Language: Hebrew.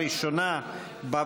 התשע"ז 2016,